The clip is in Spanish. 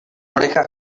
orejas